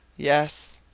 yes!